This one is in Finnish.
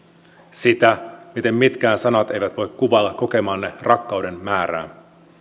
sitä miten mitkään sanat eivät voi kuvailla kokemanne rakkauden määrää